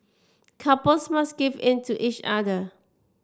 couples must give in to each other